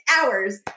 hours